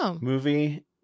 movie